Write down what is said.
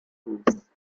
leaves